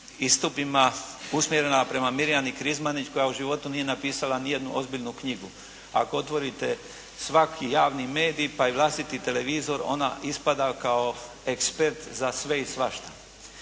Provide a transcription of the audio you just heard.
istupima usmjerena prema Mirjani Krizmanić koja u životu nije napisala ni jednu ozbiljnu knjigu. Ako otvorite svaki javni medij, pa i vlastiti televizor ona ispada kao ekspert za sve i svašta.